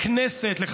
לכנסת,